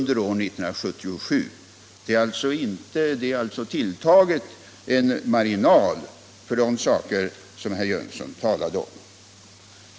Den siffran är alltså tilltagen så, att det finns en marginal för de saker som herr Jönsson talar om.